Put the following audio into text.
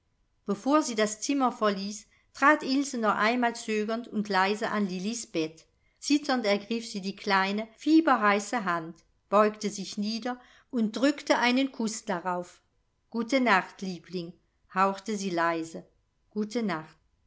bevor sie das zimmer verließ trat ilse noch einmal zögernd und leise an lillis bett zitternd ergriff sie die kleine fieberheiße hand beugte sich nieder und drückte einen kuß darauf gute nacht liebling hauchte sie leise gute nacht